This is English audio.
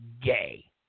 gay